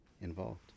involved